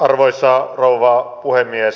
arvoisa rouva puhemies